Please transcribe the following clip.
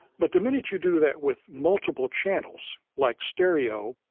but the minute you do that with multiple channels, like stereo,